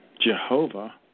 Jehovah